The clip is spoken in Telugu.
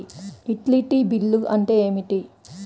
యుటిలిటీ బిల్లు అంటే ఏమిటి?